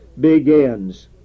begins